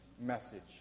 Message